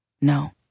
No